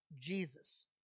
Jesus